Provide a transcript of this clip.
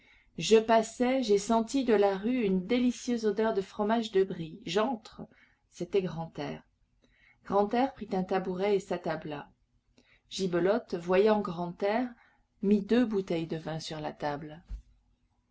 je passais j'ai senti de la rue une délicieuse odeur de fromage de brie j'entre c'était grantaire grantaire prit un tabouret et s'attabla gibelotte voyant grantaire mit deux bouteilles de vin sur la table